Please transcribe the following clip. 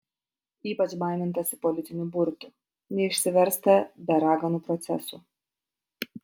ypač baimintasi politinių burtų neišsiversta be raganų procesų